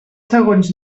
segons